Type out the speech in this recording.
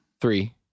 Three